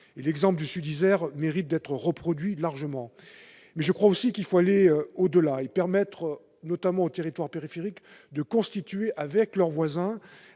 l'exemple du sud-Isère mérite d'être reproduit largement. Mais je crois aussi qu'il faut aller au-delà et permettre notamment aux territoires périphériques de constituer avec leurs voisins